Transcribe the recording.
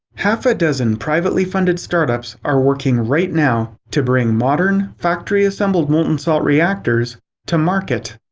half a dozen privately funded startups are working right now to bring modern, factory assembled, molten salt reactors to market.